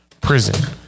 Prison